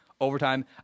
overtime